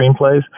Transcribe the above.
screenplays